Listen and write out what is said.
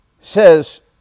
says